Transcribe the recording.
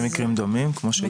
במקרים דומים כמו שלו?